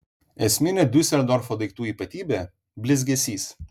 esminė diuseldorfo daiktų ypatybė blizgesys